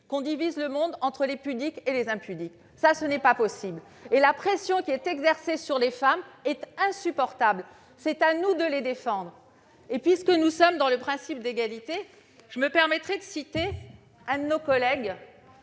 l'on divise le monde entre les pudiques et les impudiques. Ce n'est pas possible ! La pression qui est exercée sur les femmes est insupportable, et c'est à nous de les défendre. Puisque nous parlons du principe d'égalité, je citerai l'un de nos collègues